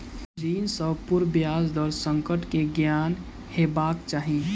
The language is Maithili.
ऋण सॅ पूर्व ब्याज दर संकट के ज्ञान हेबाक चाही